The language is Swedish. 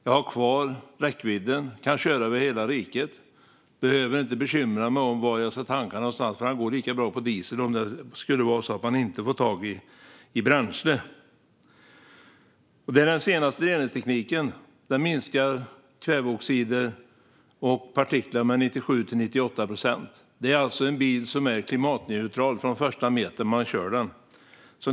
Jag har kvar räckvidden, kan köra över hela riket och behöver inte bekymra mig om var någonstans jag ska tanka eftersom bilen går lika bra på diesel om det inte går att få tag i bränsle. Detta är alltså den senaste reningstekniken. Minskningen av kväveoxider och partiklar är 97-98 procent. Det är alltså en bil som är klimatneutral från den första metern man kör.